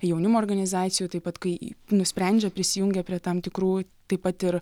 jaunimo organizacijų taip pat kai nusprendžia prisijungia prie tam tikrų taip pat ir